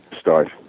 start